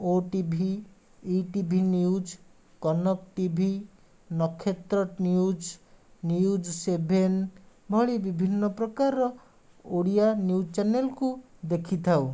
OTV ETV news Kanak TV Nakshatra news news seven ଭଳି ବିଭିନ୍ନ ପ୍ରକାରର ଓଡ଼ିଆ ନ୍ୟୁଜ୍ ଚ୍ୟାନେଲ୍କୁ ଦେଖିଥାଉ